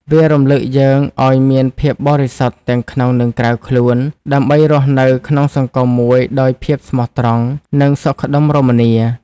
វារំឭកយើងឱ្យមានភាពបរិសុទ្ធទាំងក្នុង និងក្រៅខ្លួន ដើម្បីរស់នៅក្នុងសង្គមមួយដោយភាពស្មោះត្រង់ និងសុខដុមរមនា។។